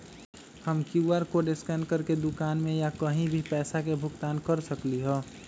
हम QR code scan करके दुकान में या कहीं भी पैसा के भुगतान कर सकली ह?